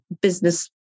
business